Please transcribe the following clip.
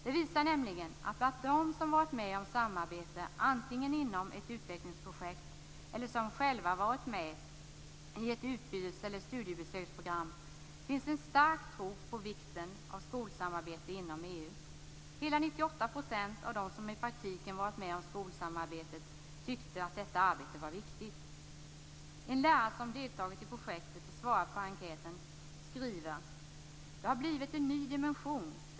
Den visar nämligen att bland dem som har varit med om samarbete, antingen inom ett utvecklingsprojekt eller som själva varit med i ett utbytes eller studiebesöksprogram, finns det en stark tro på vikten av skolsamarbete inom EU. Hela 98 % av dem som i praktiken varit med om skolsamarbetet tyckte att detta arbete var viktigt. En lärare som deltagit i projektet och svarat på enkäten skriver: Det har blivit en ny dimension.